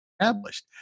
established